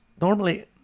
Normally